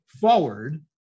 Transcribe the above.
forward